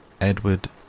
Edward